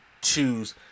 choose